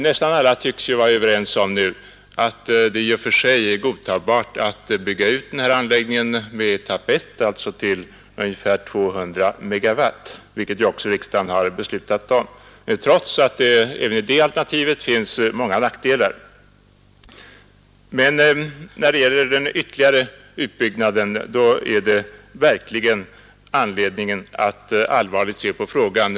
Nästan alla tycks nu vara ense om att det i och för sig är godtagbart att bygga ut den här anläggningen med etapp 1, alltså till ungefär 200 MW — vilket också riksdagen har beslutat om — trots att det även i det alternativet finns många nackdelar. Men när det gäller den ytterligare utbyggnaden är det verkligen anledning att allvarligt se på frågan.